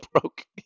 broke